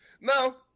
No